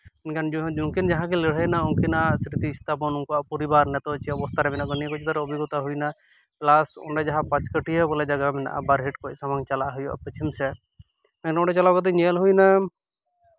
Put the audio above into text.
ᱢᱮᱱᱠᱷᱟᱱ ᱩᱱᱠᱤᱱ ᱡᱟᱦᱟᱸ ᱠᱤᱱ ᱞᱟᱹᱲᱦᱟᱹᱭᱱᱟ ᱩᱱᱠᱤᱱᱟᱜ ᱥᱨᱤᱛᱤ ᱥᱛᱷᱟᱯᱚᱱ ᱩᱱᱠᱩᱣᱟᱜ ᱯᱚᱨᱤᱵᱟᱨ ᱱᱤᱛᱚᱜ ᱩᱱᱠᱩᱣᱟᱜ ᱪᱮᱫ ᱚᱵᱚᱥᱛᱷᱟ ᱨᱮ ᱢᱮᱱᱟᱜ ᱠᱚᱣᱟ ᱱᱤᱭᱟᱹ ᱠᱚ ᱪᱮᱛᱟᱱ ᱨᱮ ᱚᱵᱷᱤᱜᱚᱛᱟ ᱦᱩᱭᱱᱟ ᱯᱞᱟᱥ ᱚᱸᱰᱮ ᱡᱟᱦᱟᱸ ᱯᱟᱸᱪ ᱠᱟᱹᱴᱷᱭᱟᱹ ᱵᱚᱞᱮ ᱡᱟᱭᱜᱟ ᱢᱮᱱᱟᱜᱼᱟ ᱯᱟᱨᱦᱮᱴ ᱠᱷᱚᱡ ᱥᱟᱢᱟᱝ ᱪᱟᱞᱟᱜ ᱦᱩᱭᱩᱜᱼᱟ ᱯᱚᱪᱷᱤᱢ ᱥᱮᱜ ᱱᱚᱰᱮ ᱪᱟᱞᱟᱣ ᱠᱟᱛᱮ ᱧᱮᱞ ᱦᱩᱭᱮᱱᱟ